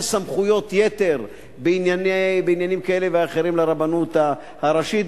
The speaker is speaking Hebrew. סמכויות יתר בעניינים כאלה ואחרים לרבנות הראשית,